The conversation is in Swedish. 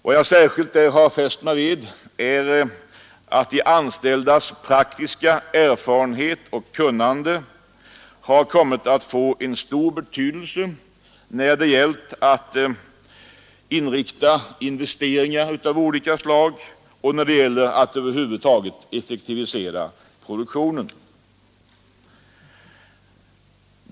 Vad jag särskilt har fäst mig vid är att de anställdas praktiska erfarenhet och kunnande kommit att få stor betydelse när det gällt att inrikta investeringar av olika slag och att över huvud taget effektivisera produktionen.